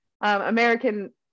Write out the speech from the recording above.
American